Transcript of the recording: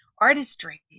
artistry